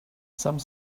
some